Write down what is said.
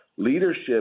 Leadership